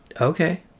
okay